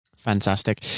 Fantastic